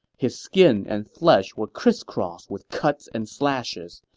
his skin and flesh were crisscrossed with cuts and slashes.